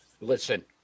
listen